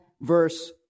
Verse